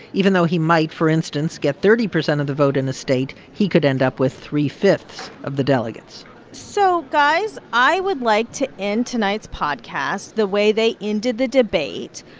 even though he might, for instance, get thirty percent of the vote in the state, he could end up with three-fifths of the delegates so, guys, i would like to end tonight's podcast the way they ended the debate,